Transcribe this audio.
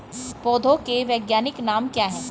पौधों के वैज्ञानिक नाम क्या हैं?